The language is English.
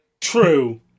True